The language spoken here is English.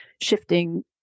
shifting